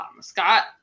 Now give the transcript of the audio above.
Scott